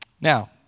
Now